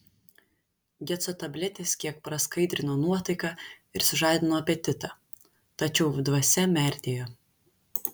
geco tabletės kiek praskaidrindavo nuotaiką ir sužadindavo apetitą tačiau dvasia merdėjo